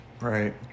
Right